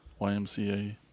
YMCA